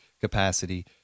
capacity